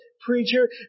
preacher